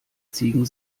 ziegen